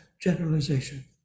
generalization